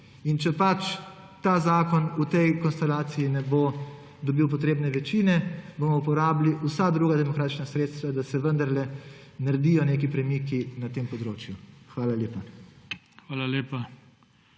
biti. Če ta zakon v tej konstelaciji ne bo dobil potrebne večine, bomo uporabili vsa druga demokratična sredstva, da se vendarle naredijo neki premiki na tem področju. Hvala lepa.